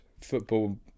football